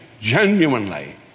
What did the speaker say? genuinely